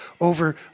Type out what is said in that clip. over